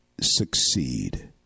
succeed